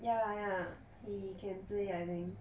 ya ya he can play I think